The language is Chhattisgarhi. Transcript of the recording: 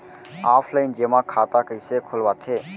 ऑफलाइन जेमा खाता कइसे खोलवाथे?